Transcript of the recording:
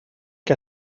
què